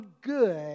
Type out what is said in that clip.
good